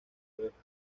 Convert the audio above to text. oeste